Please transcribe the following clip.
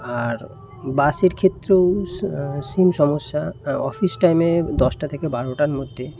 আর বাসের ক্ষেত্রেও সেম সমস্যা অফিস টাইমে দশটা থেকে বারোটার মধ্যে